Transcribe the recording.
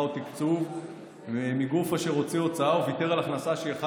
ותקצוב מגוף אשר הוציא הוצאה וויתר על הכנסה שהיא אחד